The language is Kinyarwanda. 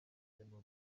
n’uko